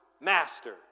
master